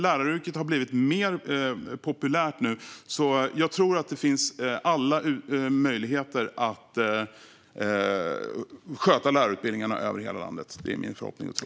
Läraryrket har blivit mer populärt, så jag tror att det finns alla möjligheter att sköta lärarutbildningarna över hela landet. Det är min förhoppning och tro.